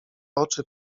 oczy